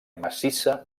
massissa